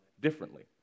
differently